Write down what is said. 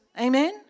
Amen